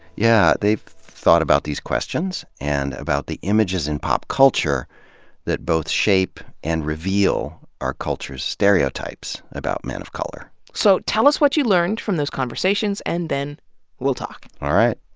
yeah. they've thought about these questions. and about the images in pop culture that both shape and reveal our culture's stereotypes about men of color. so tell us what you learned from those conversations, and then we'll talk. all right.